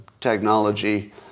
technology